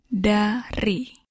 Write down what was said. Dari